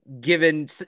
given